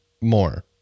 more